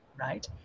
right